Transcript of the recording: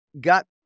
got